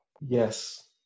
Yes